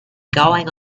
going